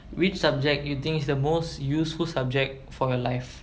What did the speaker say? which subject you think is the most useful subject for your life